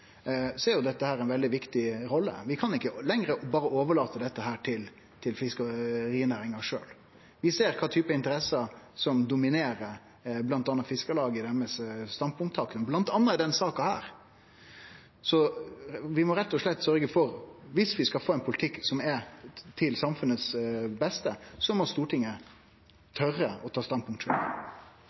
er jo dette ei veldig viktig rolle. Vi kan ikkje lenger berre overlate dette til fiskerinæringa sjølv. Vi ser kva type interesser som dominerer bl.a. Fiskarlaget når dei tar standpunkt, bl.a. i denne saka. Så viss vi skal få ein politikk som er til samfunnets beste, må Stortinget tore å ta